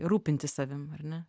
rūpintis savim ar ne